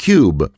Cube